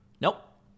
nope